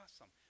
awesome